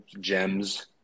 gems